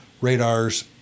radars